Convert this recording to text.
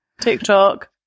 TikTok